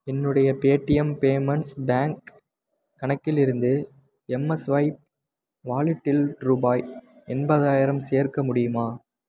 என்னுடைய Paytm payments bank கணக்கிலிருந்து எம்மெஸ்வைப் வாலெட்டில் ரூபாய் எண்பதாயிரம் சேர்க்க முடியுமா